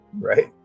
right